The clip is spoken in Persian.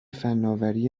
فناوری